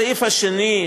הסעיף השני,